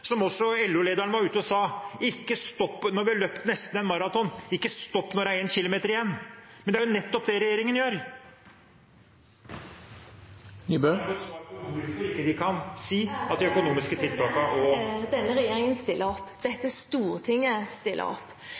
er én kilometer igjen. Men det er nettopp det regjeringen gjør. Jeg ønsker derfor et svar på hvorfor man ikke kan si at de økonomiske tiltakene… Denne regjeringen stiller opp. Dette stortinget stiller opp.